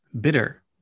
bitter